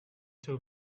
too